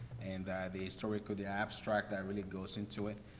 and, ah, the story go the abstract that really goes into it.